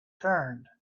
turned